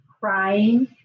crying